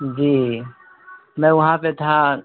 جی میں وہاں پہ تھا